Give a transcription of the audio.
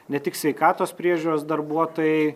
ne tik sveikatos priežiūros darbuotojai